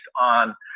on